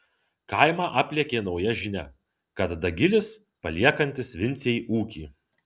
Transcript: kaimą aplėkė nauja žinia kad dagilis paliekantis vincei ūkį